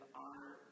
honor